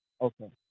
Okay